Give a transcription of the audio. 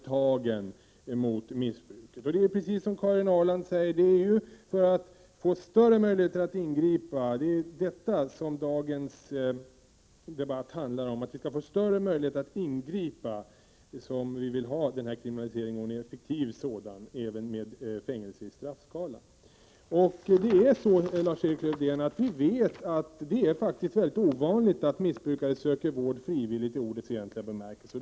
Vad dagens debatt handlar om är, precis som Karin Ahrland säger, att man skall få större möjligheter att ingripa, och det är därför som vi vill ha en effektiv kriminalisering, med fängelse i straffskalan. Vi vet, Lars-Erik Lövdén, att det faktiskt är mycket ovanligt att missbrukare söker vård frivilligt, i ordets egentliga bemärkelse.